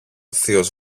θείος